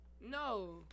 no